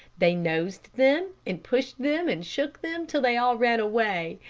they nosed them, and pushed them, and shook them, till they all ran away,